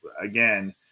again